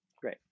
Great